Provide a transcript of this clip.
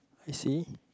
is he